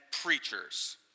preachers